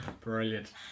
Brilliant